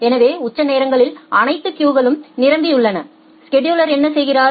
எனவே உச்ச நேரங்களில் அனைத்து கியூகளும் நிரம்பியுள்ளன ஸெடுலா் என்ன செய்கிறார்